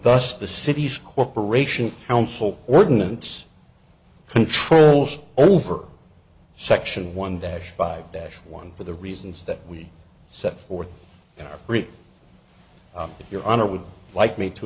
thus the city's corporation council ordinance controls over section one dash five dash one for the reasons that we set forth if your honor would like me to